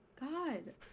God